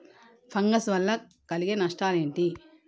Fungal వల్ల కలిగే నష్టలేంటి?